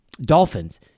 dolphins